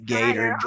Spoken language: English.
Gator